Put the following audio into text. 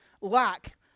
Lack